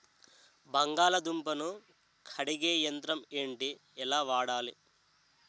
బంగాళదుంప ను కడిగే యంత్రం ఏంటి? ఎలా వాడాలి?